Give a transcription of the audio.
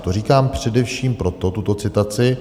To říkám především proto, tuto citaci.